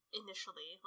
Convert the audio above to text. initially